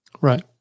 Right